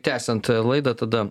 tęsiant laidą tada